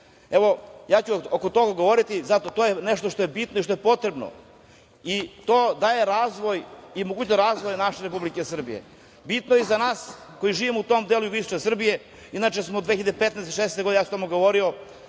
Evo, ja ću oko toga govoriti. To je nešto što je bitno i što je potrebno i to daje razvoj i mogućnost razvoja naše Republike Srbije. Bitno je i za nas koji živimo u tom delu jugoistočne Srbije. Inače, 2015. i 2016. godine, ja sam o tome govorio,